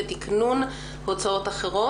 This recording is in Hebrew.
ותיקנון הוצאות אחרות.